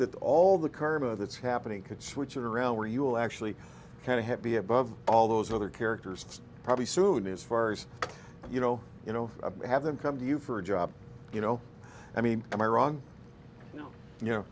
that all the karma that's happening could switch it around where you will actually kind of be above all those other characters probably soon as far as you know you know have them come to you for a job you know i mean am i wrong y